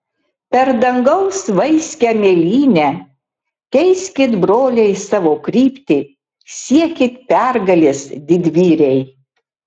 per dangaus vaiskią mėlynę keiskit broliai savo kryptį siekit pergalės didvyriai